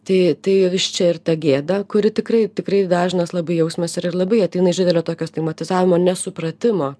tai tai iš čia ir ta gėda kuri tikrai tikrai dažnas labai jausmas ir ir labai ateina iš didelio tokio stigmatizavimo nesupratimo